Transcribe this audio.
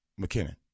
McKinnon